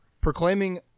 proclaiming